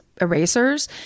erasers